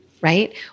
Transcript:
right